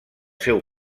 seu